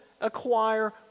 acquire